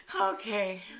Okay